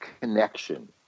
connection